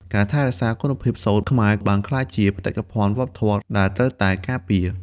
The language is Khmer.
ការថែរក្សាគុណភាពសូត្រខ្មែរបានក្លាយជា បេតិកភណ្ឌវប្បធម៌ ដែលត្រូវតែការពារ។